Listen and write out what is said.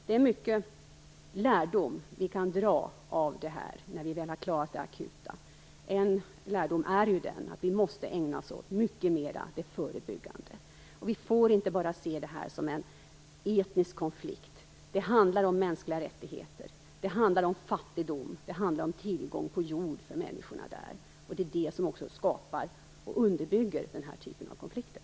Det finns mycket lärdom att dra av detta när vi väl har klarat av det akuta. En lärdom är att vi måste ägna oss åt det förebyggande arbetet mycket mer. Vi får inte bara se detta som en etnisk konflikt. Det handlar om mänskliga rättigheter, fattigdom och tillgång till jord för människorna där. Det skapar och underbygger den här typen av konflikter.